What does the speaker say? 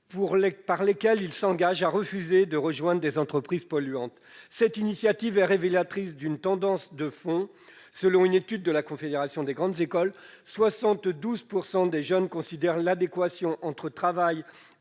écoles s'engageant à refuser de rejoindre des entreprises polluantes. Cette initiative est révélatrice d'une tendance de fond : selon une étude de la Confédération des grandes écoles, 72 % des jeunes considèrent l'adéquation entre travail et